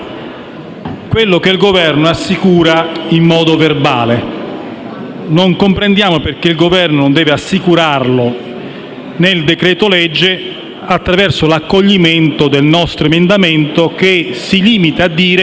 quello che il Governo assicura in modo verbale. Non comprendiamo perché il Governo non debba assicurarlo nel decreto-legge attraverso l'accoglimento del nostro emendamento che si limita a dire